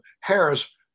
Harris